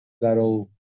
that'll